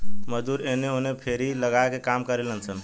मजदूर एने ओने फेरी लगा के काम करिलन सन